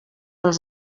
els